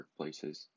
workplaces